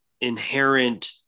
inherent